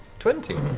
twenty.